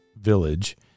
village